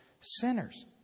sinners